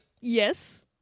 Yes